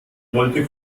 wollte